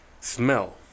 smell